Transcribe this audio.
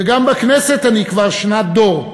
וגם בכנסת אני כבר שנת דור.